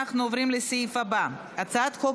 אנחנו עוברים לסעיף הבא: הצעת חוק